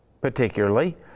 particularly